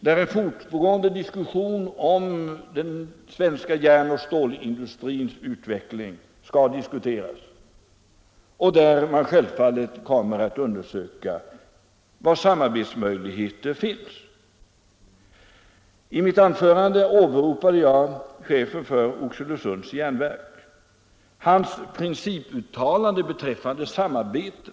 Där skall den svenska järnoch stålindustrins utveckling diskuteras, och där kommer man självfallet att undersöka vilka samarbetsmöjligheter som föreligger. I mitt tidigare anförande åberopade jag det principuttalande som chefen för Oxelösunds Järnverk gjort beträffande samarbete.